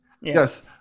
Yes